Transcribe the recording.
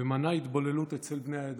ומנע התבוללות אצל בני העדה.